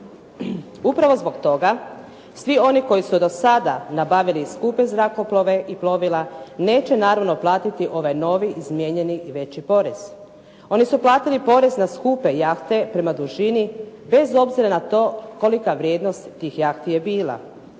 Upravo zbog toga svi oni koji su do sada nabavili skupe zrakoplove i plovila neće naravno platiti ovaj novi izmijenjeni i veći porez. Oni su platili porez na skupe jahte prema dužini bez obzira na to kolika vrijednost tih jahti je bila,